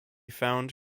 found